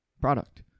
product